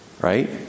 right